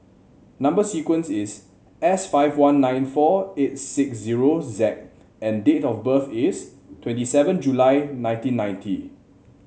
number sequence is S five one nine four eight six zero Z and date of birth is twenty seven July nineteen ninety